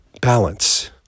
balance